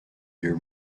year